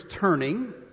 turning